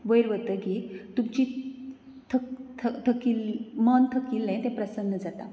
वयर वतगी तुका जी थक थ थकिल्ल्या मन थकिल्लें तें प्रसन्न जाता